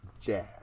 jazz